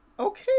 Okay